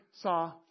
saw